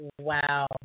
Wow